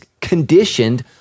conditioned